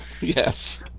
Yes